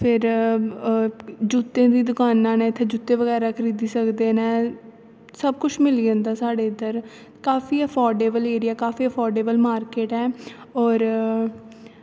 फिर जूते दी दकानां न इत्थे जूते बगैरा खरीदी सकदे न सब कुछ मिली जंदा साढ़े इद्धर काफी अफार्डेवल ऐरियां काफी अफार्डेवल मार्किट ऐ होर